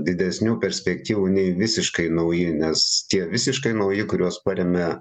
didesnių perspektyvų nei visiškai nauji nes tie visiškai nauji kuriuos parėmė